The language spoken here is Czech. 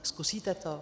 Zkusíte to?